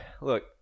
look